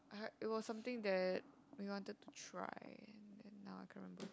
I had it was something that we wanted to try and then now I can't remember